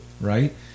right